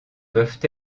peuvent